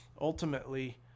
ultimately